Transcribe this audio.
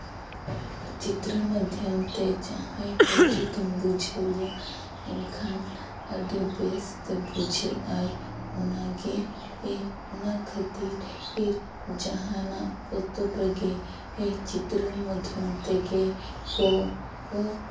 ᱪᱤᱛᱨᱟᱹ ᱢᱟᱫᱽᱫᱷᱚᱭᱢᱮᱛᱮ ᱡᱟᱦᱟᱸᱭ ᱦᱚᱲ ᱡᱩᱫᱤᱢ ᱵᱩᱡᱷᱟᱹᱣᱭᱟ ᱮᱱᱠᱷᱟᱱ ᱟᱹᱰᱤ ᱵᱮᱥᱛᱮ ᱵᱩᱡᱷᱟᱹᱜ ᱟᱭ ᱚᱱᱟᱜᱮ ᱤᱧ ᱚᱱᱟ ᱠᱷᱟᱹᱛᱤᱨ ᱡᱟᱦᱟᱱᱟᱜ ᱯᱚᱛᱚᱵ ᱨᱮᱜᱮ ᱪᱤᱛᱨᱟᱹ ᱢᱟᱫᱽᱫᱷᱚᱭᱢ ᱛᱮᱜᱮ ᱠᱚ